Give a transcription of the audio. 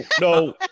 no